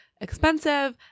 expensive